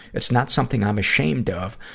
it's not something i'm ashamed of.